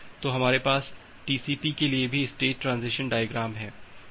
तो हमारे पास टीसीपी के लिए भी स्टेट ट्रांजीशन डायग्राम है